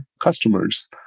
customers